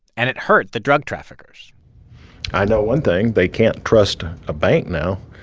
and it hurt the drug traffickers i know one thing. they can't trust a bank now.